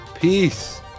Peace